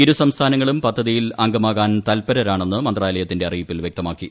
ഇരു സംസ്ഥാനങ്ങളും പദ്ധതിയിൽ അംഗമാകാൻ തത്പരരാണെന്ന് മന്ത്രാലയത്തിന്റെ അറിയിപ്പിൽ വ്യക്തമാക്കി